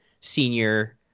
senior –